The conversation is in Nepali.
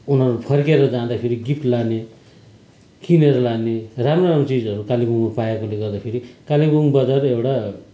उनीहरू फर्केर जाँदाखेरि गिफ्ट लाने किनेर लाने राम्रो राम्रो चिजहरू कालिम्पोङमा पाएकोले गर्दाखेरि कालिम्पोङ बजारै एउटा